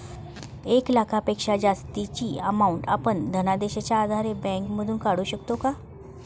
एक लाखापेक्षा जास्तची अमाउंट आपण धनादेशच्या आधारे बँक मधून पाठवू शकतो का?